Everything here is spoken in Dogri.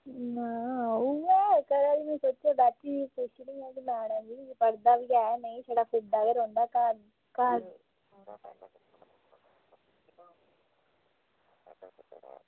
ते महां उऐ पुच्छी लैनी की पढ़दा बी ऐ जां नेई घर उऐ तुतड़ियां गै लाई रक्खदा